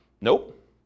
Nope